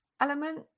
element